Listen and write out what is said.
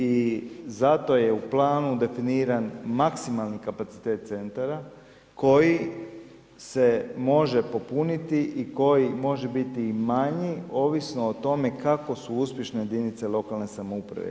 I zato je u planu definiran maksimalni kapacitet centara koji se može popuniti i koji može biti i manji ovisno o tome kako su uspješne jedinice lokalne samouprave.